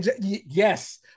Yes